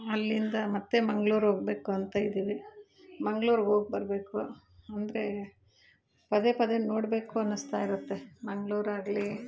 ಅಲ್ಲಿಂದ ಮತ್ತು ಮಂಗ್ಳೂರು ಹೋಗ್ಬೇಕು ಅಂತ ಇದೀವಿ ಮಂಗ್ಳೂರಿಗೆ ಹೋಗ್ಬರ್ಬೇಕು ಅಂದರೆ ಪದೇ ಪದೇ ನೋಡಬೇಕು ಅನ್ನಿಸ್ತಾ ಇರುತ್ತೆ ಮಂಗ್ಳೂರು ಆಗಲಿ